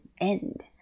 end